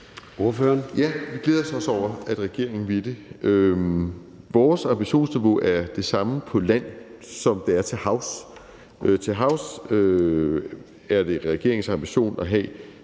(RV): Ja. Vi glæder os også over, at regeringen vil det. Vores ambitionsniveau er det samme på land, som det er til havs. Til havs er det regeringens ambition at have